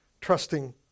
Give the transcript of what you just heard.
trusting